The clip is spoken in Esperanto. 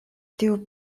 tiu